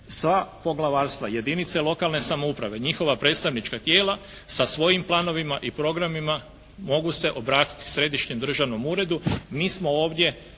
sa poglavarstva jedinice lokalne samouprave, njihova predstavnička tijela sa svojim planovima i programima mogu se obratiti središnjem državnom uredu,